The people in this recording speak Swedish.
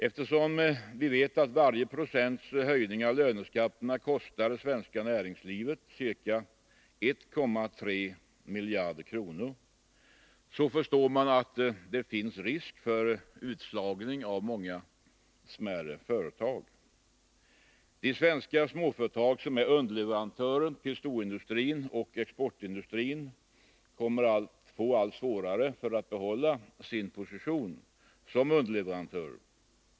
Eftersom vi vet att varje procents höjning av löneskatterna kostar det svenska näringslivet ca 1,3 miljarder kronor, förstår vi att det finns risk för utslagning av många smärre företag. De svenska företag som är underleverantörer till storindustrin och exportindustrin kommer att få allt svårare att bibehålla sin position som underleverantörer.